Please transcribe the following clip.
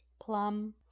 plum